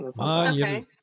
Okay